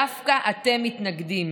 דווקא אתם מתנגדים.